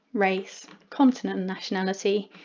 race, continent and nationality.